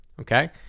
okay